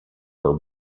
were